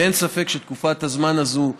שאין ספק שתקופת הזמן הזאת,